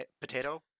potato